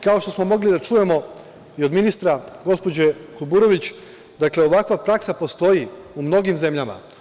Kao što smo mogli da čujemo i od ministra, gospođe Kuburović, dakle ovakva praksa postoji u mnogim zemljama.